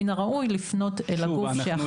מן הראוי לפנות אל הגוף שאחראי לזה.